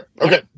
Okay